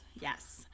Yes